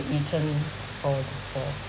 eaten for for